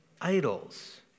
idols